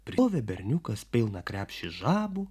prirovė berniukas pilną krepšį žabų